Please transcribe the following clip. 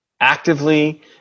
actively